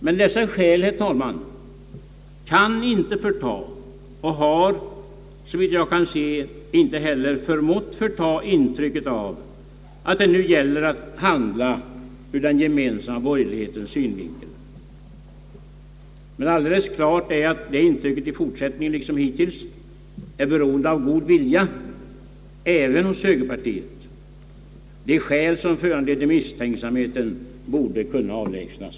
Men dessa skäl, herr talman, kan inte förta och har, såvitt jag kan se, inte heller förmått att förta intrycket av att det nu gäller att handla ur den gemensamma borgerlighetens synvinkel. Alldeles klart är att det intrycket i fortsättningen liksom hittills är beroende av god vilja även hos högerpartiet. De skäl som föranledde misstänksamheten borde kunna avlägsnas.